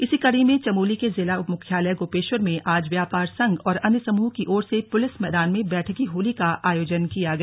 इसी कड़ी में चमोली के जिला मुख्यालय गोपेश्वर में आज व्यापार संघ और अन्य समूह की ओर से पुलिस मैदान में बैठकी होली का आयोजन किया गया